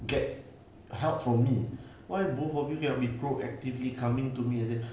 get help from me why both of you cannot be proactively coming to me is it